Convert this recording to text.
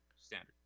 Standard